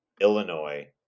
Illinois